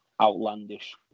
outlandish